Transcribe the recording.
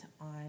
on